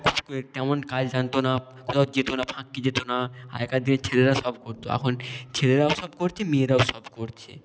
তেমন কাজ জানতো না কোথাও যেত না ফাক্কি যেত না আগেকার দিনে ছেলেরা সব করতো এখন ছেলেরাও সব করছে মেয়েরাও সব করছে